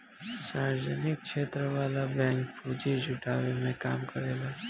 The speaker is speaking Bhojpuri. सार्वजनिक क्षेत्र वाला बैंक पूंजी जुटावे के काम करेला